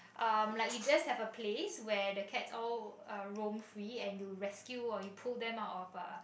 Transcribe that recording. um like you just have a place where the cats all uh room free and you rescue or you pull them out of uh